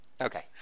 Okay